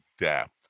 adapt